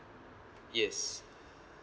yes